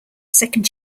second